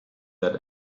that